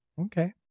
Okay